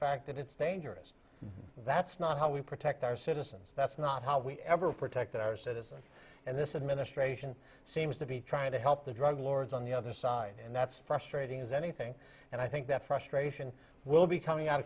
fact that it's dangerous that's not how we protect our citizens that's not how we ever protect our citizens and this administration seems to be trying to help the drug lords on the other side and that's frustrating as anything and i think that frustration will be coming out